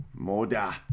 Moda